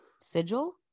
Sigil